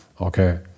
Okay